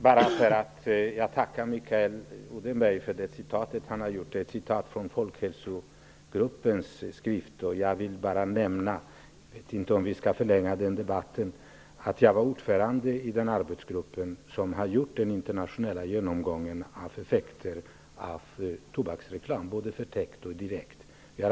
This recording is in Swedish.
Herr talman! Jag tackar Mikael Odenberg för vad han citerade. Han citerade Folkhälsogruppens skrift. Jag vill bara nämna att jag var ordförande i den arbetsgrupp som gjorde den internationella genomgången av effekterna av tobaksreklam -- både förtäckt och direkt reklam.